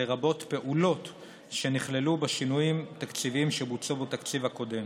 לרבות פעולות שנכללו בשינויים תקציביים שבוצעו בתקציב הקודם.